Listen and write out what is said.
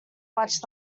watch